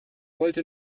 wollte